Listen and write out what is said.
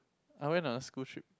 I went on a school trip